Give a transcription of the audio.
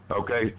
Okay